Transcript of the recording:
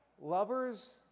lovers